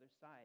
side